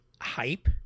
hype